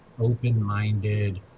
open-minded